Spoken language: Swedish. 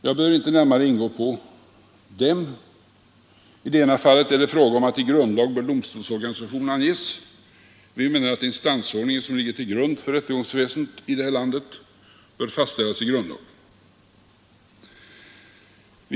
Jag behöver inte närmare ingå på de reservationerna. I ena fallet är det fråga om att domstols organisation bör anges i grundlag. Vi menar att instansordningen, som ligger till grund för rättegångsväsendet här i landet, bör fastställas i grundlag.